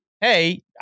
hey